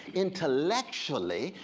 intellectually,